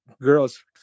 girls